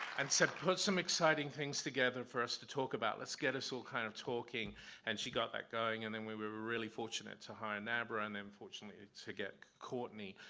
and said, put some exciting things together for us to talk about. let's get us all kind of talking and she got that going and then we were really fortunate to hire nabra and then fortunate to get cortney,